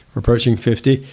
approaching fifty,